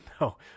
No